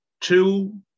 two